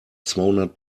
zweihundert